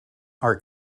are